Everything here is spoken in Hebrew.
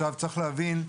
צריך להבין: